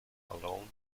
alone